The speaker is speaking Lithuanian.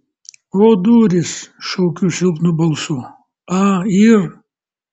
o durys šaukiu silpnu balsu a yr